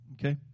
Okay